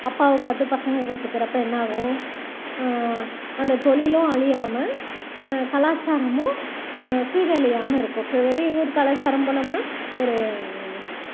அப்பாவை பார்த்து பசங்கள் கற்றுக்கறப்ப என்னாகும் அந்த தொழிலும் அழியாம கலாச்சாரமும் சீரழியாம இருக்கும் இப்போ வெளியூர் கலாச்சாரம் போனோம்னால் ஒரு